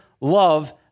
love